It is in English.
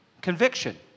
Conviction